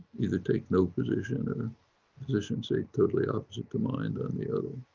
either take no position and position say totally opposite the mind on the other,